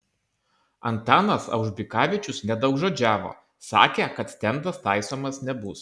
antanas aužbikavičius nedaugžodžiavo sakė kad stendas taisomas nebus